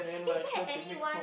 is that anyone